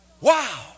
Wow